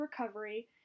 recovery